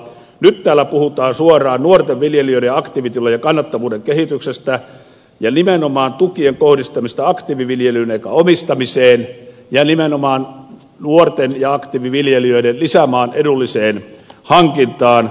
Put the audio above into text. nyt täällä puhutaan suoraan nuorten viljelijöiden aktiivitilojen kannattavuuden kehityksestä ja nimenomaan tukien kohdistamisesta aktiiviviljelyyn eikä omistamiseen ja nimenomaan nuorten ja aktiiviviljelijöiden lisämaan edulliseen hankintaan